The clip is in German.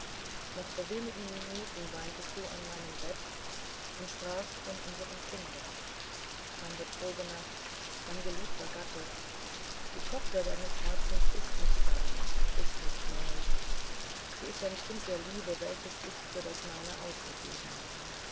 noch vor wenigen minuten weintest du an meinem bett und sprachstvonunsermkinde meinbetrogener meingeliebtergatte dietochterdeines herzens ist nicht dein ist nicht mein sie ist ein kind der liebe welches ich für das deine ausgegeben